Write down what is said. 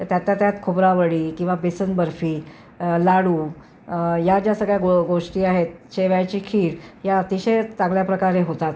तर त्यातल्या त्यात खोबरा वडी किंवा बेसन बर्फी लाडू या ज्या सगळ्या गो गोष्टी आहेत शेवयाची खीर या अतिशय चांगल्या प्रकारे होतात